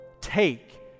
take